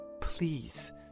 Please